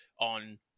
on